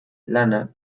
lanak